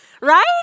right